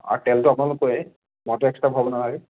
R তেলটো আপোনালোকৰেই মইতো এক্সট্ৰা ভৰাব নালাগে